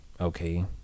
okay